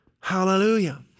Hallelujah